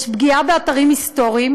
יש פגיעה באתרים היסטוריים.